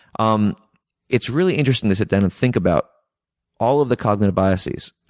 um it's really interesting to sit down and think about all of the cognitive biases,